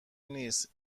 نیست